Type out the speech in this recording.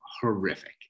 horrific